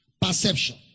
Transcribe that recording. Perception